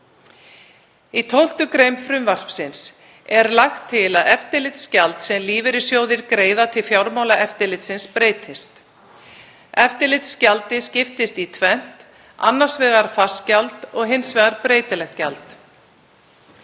Í 11. gr. frumvarpsins er lagt til að eftirlitsgjald sem lífeyrissjóðir greiða til Fjármálaeftirlitsins breytist. Eftirlitsgjaldið skiptist í tvennt, annars vegar fast gjald og hins vegar breytilegt gjald.